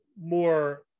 more